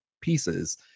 pieces